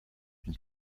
une